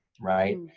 Right